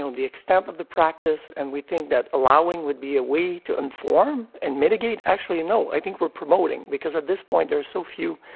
the extent of the practice and we think that allowing would be a way to inform and mitigate, actually, no, i think we're promoting, because at this point there is so few